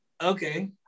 Okay